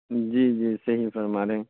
جی جی صحیح فرما رہے ہیں